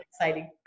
exciting